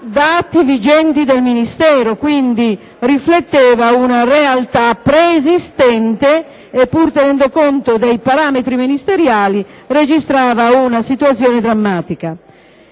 dati vigenti del Ministero; quindi rifletteva una realtà preesistente e pur tenendo conto dei parametri ministeriali registrava una situazione drammatica,